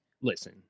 Listen